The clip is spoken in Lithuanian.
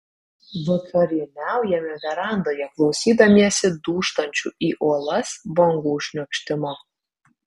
vakarieniaujame verandoje klausydamiesi dūžtančių į uolas bangų šniokštimo